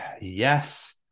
Yes